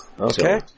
okay